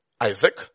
Isaac